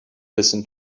listen